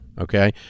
okay